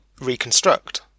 reconstruct